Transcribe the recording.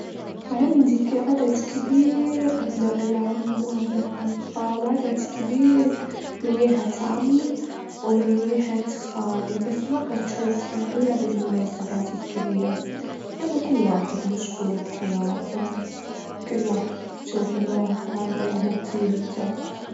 في يوم من الأيام، كان في شبح يخاف من الظلام، وكان يتجول طول النهار في المكانات المهجورة، لكن أول ما يجي الليل يختفي في الزوايا، بس في يوم من الأيام قرر يواجه خوفه واكتشف إنه ما كل شي يسبب الخوف.